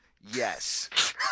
Yes